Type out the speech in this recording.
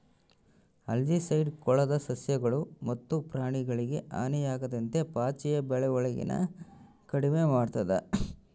algicide ಕೊಳದ ಸಸ್ಯಗಳು ಮತ್ತು ಪ್ರಾಣಿಗಳಿಗೆ ಹಾನಿಯಾಗದಂತೆ ಪಾಚಿಯ ಬೆಳವಣಿಗೆನ ಕಡಿಮೆ ಮಾಡ್ತದ